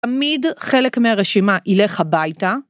תמיד חלק מהרשימה יילך הביתה.